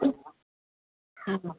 ꯎꯝ